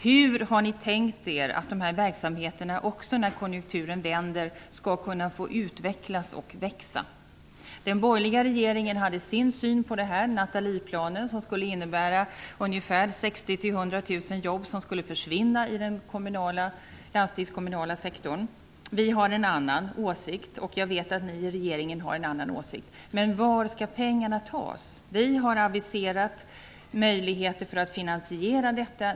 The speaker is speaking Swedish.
Hur har ni tänkt er att de här verksamheterna också när konjunkturen vänder skall kunna få utvecklas och växa? Den borgerliga regeringen hade sin syn här: Nathalieplanen, som skulle innebära att ungefär 60 000-100 000 jobb skulle försvinna inom den landstingskommunala sektorn. Vi har en annan åsikt, och jag vet att ni i regeringen har en annan åsikt. Men var skall pengarna tas? Vi har aviserat möjligheter när det gäller att finansiera detta.